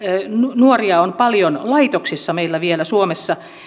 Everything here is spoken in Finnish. nuoria on paljon laitoksissa meillä vielä suomessa